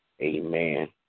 Amen